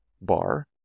bar